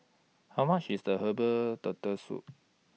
How much IS The Herbal Turtle Soup